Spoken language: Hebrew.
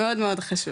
מאוד מאוד חשוב,